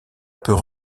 peut